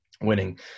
winning